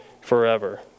forever